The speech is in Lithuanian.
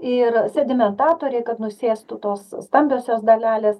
ir sedimentatoriai kad nusėstų tos stambiosios dalelės